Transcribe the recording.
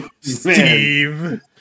Steve